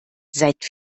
seit